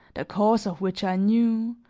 the cause of which i knew,